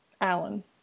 Alan